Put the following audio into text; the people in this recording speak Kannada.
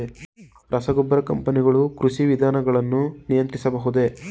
ರಸಗೊಬ್ಬರ ಕಂಪನಿಗಳು ಕೃಷಿ ವಿಧಾನಗಳನ್ನು ನಿಯಂತ್ರಿಸಬಹುದೇ?